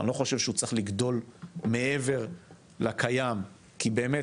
אני לא חושב שהוא צריך לגדול מעבר לקיים, כי באמת,